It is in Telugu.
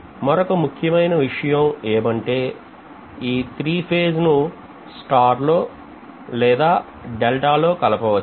మరొక ఒక ముఖ్యమైన విషయం ఏమంటే ఈ త్రీ ఫేజ్ ను స్టార్ లో లేదా డెల్టా లో కలప వచ్చు